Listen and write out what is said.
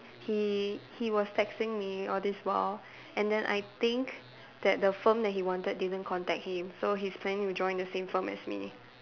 he he was texting me all this while and then I think that the firm that he wanted didn't contact him so he's planning to join the same firm as me